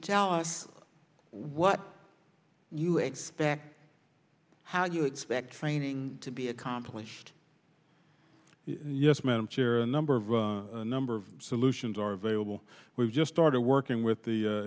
tell us what you expect how you expect feigning to be accomplished yes madam chair a number of a number of solutions are available we've just started working with the